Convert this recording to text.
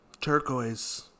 Turquoise